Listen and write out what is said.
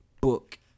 book